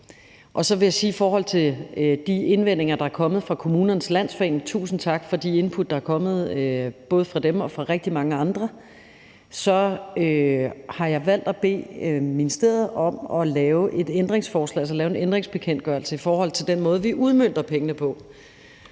på. Så vil jeg sige i forhold til de indvendinger, der er kommet fra Kommunernes Landsforening – og tusind tak for de input, der er kommet både fra dem og fra rigtig mange andre – at jeg har valgt at bede ministeriet om at lave en ændringsbekendtgørelse om den måde, vi udmønter pengene på.